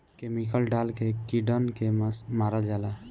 chemical डाल के कीड़न के मारल जाला